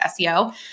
SEO